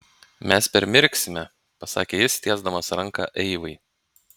mes permirksime pasakė jis tiesdamas ranką eivai